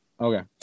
Okay